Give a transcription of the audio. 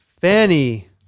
Fanny